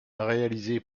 réalisé